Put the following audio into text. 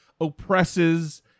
oppresses